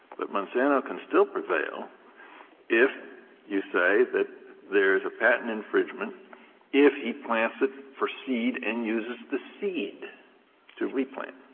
but monsanto can still prevail if you say that there's a patent infringement if he plants it for seed and uses the seed to replant.